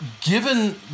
given